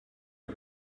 you